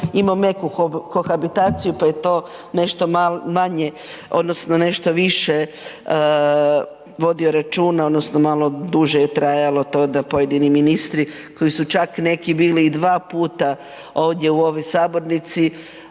imo meku kohabitaciju, pa je to nešto manje odnosno nešto više vodio računa odnosno malo duže je trajalo to da pojedini ministri koji su čak neki bili i dva puta ovdje u ovoj sabornici